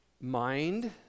mind